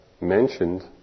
mentioned